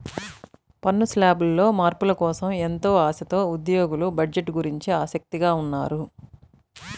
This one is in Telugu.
పన్ను శ్లాబుల్లో మార్పుల కోసం ఎంతో ఆశతో ఉద్యోగులు బడ్జెట్ గురించి ఆసక్తిగా ఉన్నారు